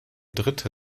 dritte